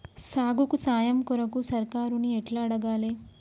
సాగుకు సాయం కొరకు సర్కారుని ఎట్ల అడగాలే?